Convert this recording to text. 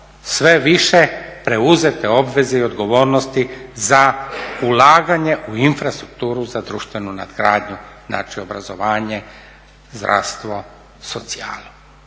sve više preuzete obveze i odgovornosti za ulaganje u infrastrukturu za društvenu nadgradnju, znači obrazovanje, zdravstvo, socijalu.